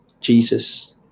Jesus